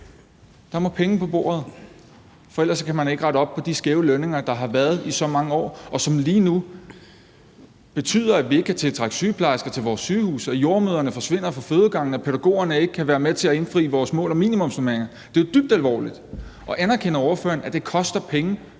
Der må penge på bordet, for ellers kan man ikke rette op på de skæve lønninger, der har været i så mange år, og som lige nu betyder, at vi ikke kan tiltrække sygeplejersker til vores sygehuse, og at jordemødrene forsvinder fra fødegangene, og at pædagogerne ikke kan være med til at indfri vores mål om minimumsnormeringer. Det er jo dybt alvorligt. Anerkender ordføreren, at det koster penge,